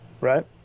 right